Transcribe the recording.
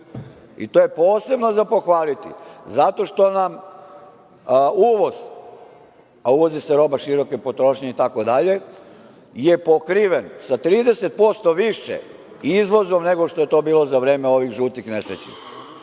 I to je posebno za pohvaliti, zato što nam uvoz, a uvozi se roba široke potrošnje itd, je pokriven sa 30% više izvozom nego što je to bilo za vreme ovih žutih